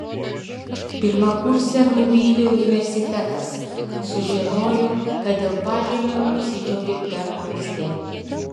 pirmakursę nuvylė universitetas sužinojo kad dėl pažymio apsidžiaugė per anksti